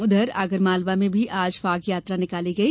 उधर आगर मालवा मे भी आज फाग यात्रा निकाली गई